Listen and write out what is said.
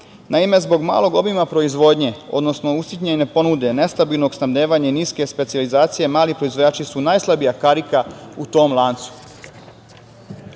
Naime, zbog malog obima proizvodnje, odnosno usitnjene ponude, nestabilnog snabdevanja i niske specijalizacije, mali proizvođači su najslabija karika u tom